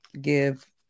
give